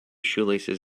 shoelaces